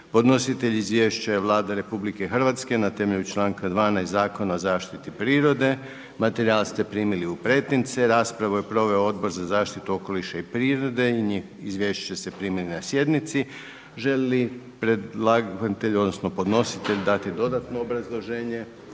Podnositelj izvješća je Vlada Republike Hrvatske na temelju članka 12. Zakona o zaštiti prirode. Materijal ste primili u pretince. Raspravu je proveo Odbor za zaštitu okoliša i prirode, izvješća ste primili na sjednici. Želi li predlagatelj, odnosno podnositelj dati dodatno obrazloženje?